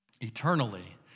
eternally